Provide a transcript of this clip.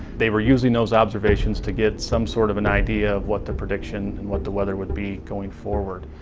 they were using those observations to get some sort of an idea of what the prediction and what the weather would be going forward.